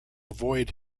avoid